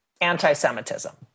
Anti-Semitism